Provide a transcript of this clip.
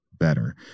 better